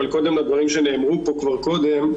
אבל קודם לדברים שנאמרו פה כבר קודם.